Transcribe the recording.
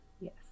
Yes